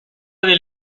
del